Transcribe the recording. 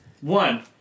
one